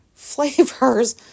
flavors